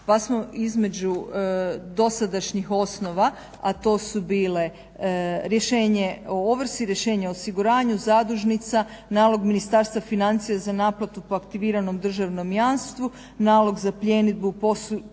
pa smo između dosadašnjih osnova, a to su bile rješenje o ovrsi, rješenje o osiguranju, zadužnica, nalog Ministarstva financija za naplatu po aktiviranom državnom jamstvu, nalog za pljenidbu u postupku